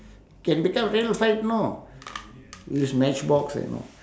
can become real fight know use match box and all